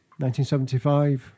1975